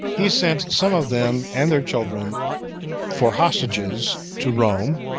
he sent some of them and their children for hostages to rome,